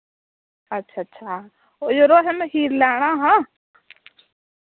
अच्छ अच्छा ओ यरो असैं मखीर लैना हा